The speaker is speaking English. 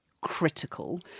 critical